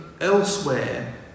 elsewhere